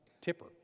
tipper